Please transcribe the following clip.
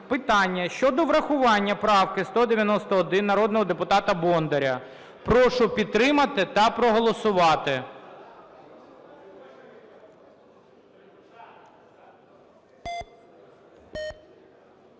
питання щодо врахування правки 191 народного депутата Бондаря. Прошу підтримати та проголосувати.